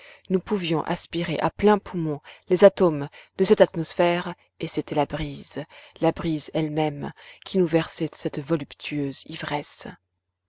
nous pouvions aspirer à pleins poumons les atomes de cette atmosphère et c'était la brise la brise elle-même qui nous versait cette voluptueuse ivresse